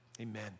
Amen